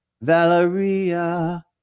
Valeria